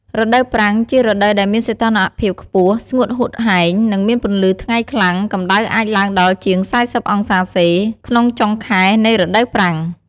រដូវប្រាំង ជារដូវដែលមានសីតុណ្ហភាពខ្ពស់ ស្ងួតហួតហែង និងមានពន្លឺថ្ងៃខ្លាំង កំដៅអាចឡើងដល់ជាង ៤០អង្សាសេ ក្នុងចុងខែនៃរដូវប្រាំង។